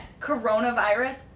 coronavirus